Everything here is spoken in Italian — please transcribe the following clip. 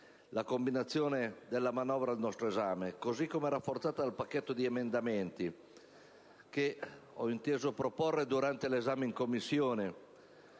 La combinazione della manovra al nostro esame, così come rafforzata dal pacchetto di emendamenti che ho inteso proporre durante l'esame in Commissione,